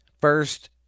first